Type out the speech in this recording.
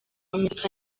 muzika